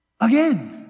Again